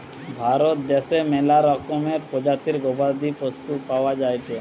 ভারত দ্যাশে ম্যালা রকমের প্রজাতির গবাদি পশু পাওয়া যায়টে